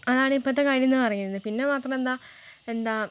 അതാണ് ഇപ്പോഴത്തെ കാര്യം എന്ന് പറയുന്നത് പിന്നെ മാത്രം എന്താണ് എന്താണ്